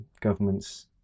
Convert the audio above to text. governments